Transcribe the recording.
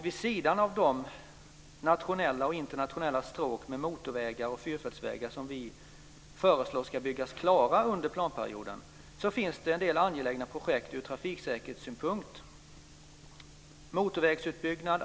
Vid sidan av de nationella och internationella stråk med motorvägar och fyrfältsvägar som vi föreslår ska byggas klara under planperioden finns det en del projekt som är angelägna ur trafiksäkerhetssynpunkt.